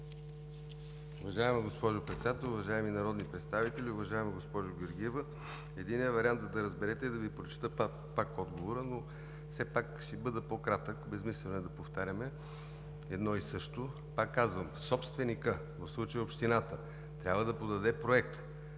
Уважаема госпожо Председател, уважаеми народни представители! Уважаема госпожо Георгиева, единият вариант, за да разберете, е да Ви прочета пак отговора, но ще бъда по-кратък – безсмислено е да повтаряме едно и също. Пак казвам, собственикът – в случая общината, трябва да подаде проекта,